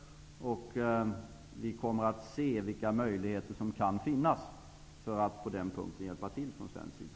Vi kommer att se vilka möjligheter som kan finnas att hjälpa till på den punkten från svensk sida.